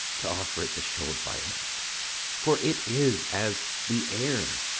to offer it the show of violence for it is, as the air,